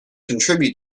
contribute